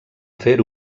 fer